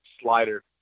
slider